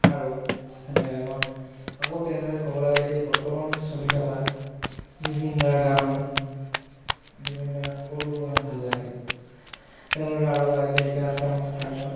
আৰু স্থানীয় আকৌ তেনেদৰে ক'বলৈ গ'লে এই বৰ্তমানো চলি থকা জুবিনদাৰ গান শুনোঁ জুবিনদাৰ সকলোবোৰ গান ভাল লাগে তেনেদৰে আৰু গায়ক গায়িকা আছে আমাৰ স্থানীয়